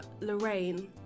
Lorraine